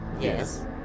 Yes